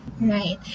Right